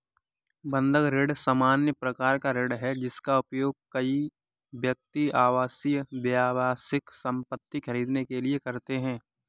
बंधक ऋण सामान्य प्रकार का ऋण है, जिसका उपयोग कई व्यक्ति आवासीय, व्यावसायिक संपत्ति खरीदने के लिए करते हैं